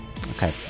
okay